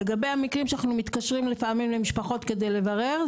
לגבי המקרים שאנחנו מתקשרים לפעמים למשפחות כדי לברר,